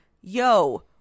yo